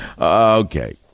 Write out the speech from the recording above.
Okay